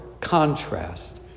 contrast